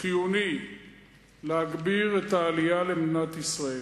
חיוני להגביר את העלייה למדינת ישראל.